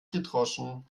gedroschen